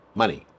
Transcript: money